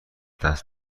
دست